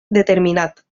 determinat